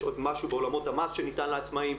יש עוד משהו בעולמות המס שניתן לעצמאים.